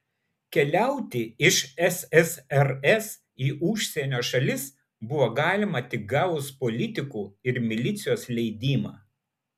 keliauti iš ssrs į užsienio šalis buvo galima tik gavus politikų ir milicijos leidimą